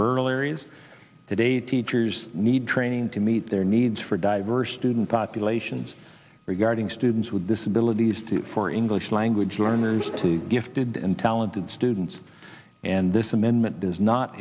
rural areas today teachers need training to meet their needs for diverse student populations regarding students with disabilities to for english language learners to gifted and talented students and this amendment does not